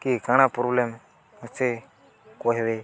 କି କାଣା ପ୍ରୋବ୍ଲେମ୍ ଅଛି କହିବେ